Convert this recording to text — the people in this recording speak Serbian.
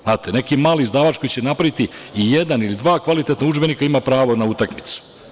Znate, neki mali izdavač koji će napraviti jedan ili dva kvalitetna udžbenika ima pravo na utakmicu.